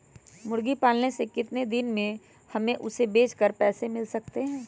मुर्गी पालने से कितने दिन में हमें उसे बेचकर पैसे मिल सकते हैं?